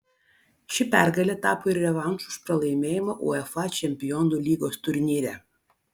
ši pergalė tapo ir revanšu už pralaimėjimą uefa čempionų lygos turnyre